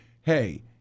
hey